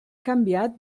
canviat